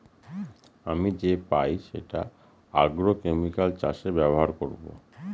আমি যে পাই সেটা আগ্রোকেমিকাল চাষে ব্যবহার করবো